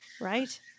Right